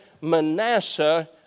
Manasseh